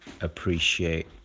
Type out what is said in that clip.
appreciate